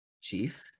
Chief